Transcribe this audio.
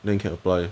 then you can apply